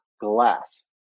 glass